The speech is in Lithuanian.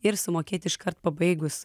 ir sumokėt iškart pabaigus